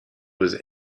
was